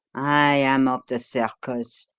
i am of the circus,